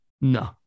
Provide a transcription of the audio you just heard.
No